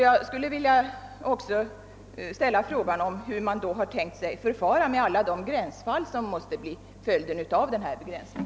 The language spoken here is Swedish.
Jag skulle också vilja ställa frågan hur man har tänkt sig förfara med alla de gränsfall som måste uppstå som följd av denna begränsning.